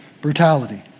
brutality